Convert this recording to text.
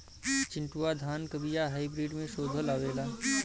चिन्टूवा धान क बिया हाइब्रिड में शोधल आवेला?